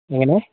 എങ്ങനെ